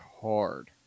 hard